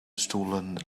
stoelen